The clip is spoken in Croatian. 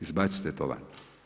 Izbacite to van.